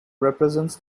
represents